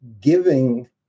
giving